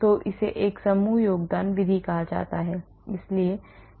तो इसे एक समूह योगदान विधि कहा जाता है